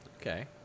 okay